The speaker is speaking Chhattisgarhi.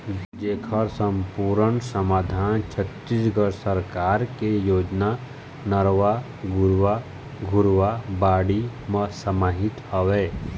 जेखर समपुरन समाधान छत्तीसगढ़ सरकार के योजना नरूवा, गरूवा, घुरूवा, बाड़ी म समाहित हवय